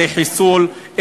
זה חיסול,